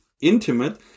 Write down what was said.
intimate